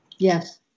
Yes